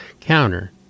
counter